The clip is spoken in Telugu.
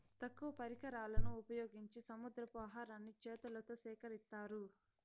తక్కువ పరికరాలను ఉపయోగించి సముద్రపు ఆహారాన్ని చేతులతో సేకరిత్తారు